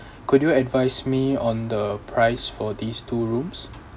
could you advise me on the price for these two rooms